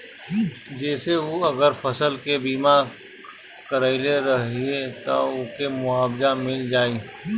जेसे उ अगर फसल के बीमा करइले रहिये त उनके मुआवजा मिल जाइ